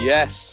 Yes